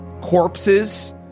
corpses